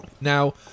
Now